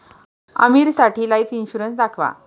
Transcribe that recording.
आमीरसाठी life insurance दाखवा